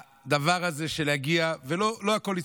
הדבר הזה של להגיע, ולא הכול הצליחו,